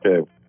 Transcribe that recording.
okay